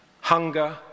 hunger